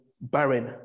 barren